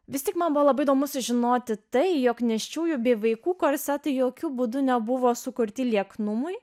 vis tik man buvo labai įdomu sužinoti tai jog nėščiųjų bei vaikų korsetai jokiu būdu nebuvo sukurti lieknumui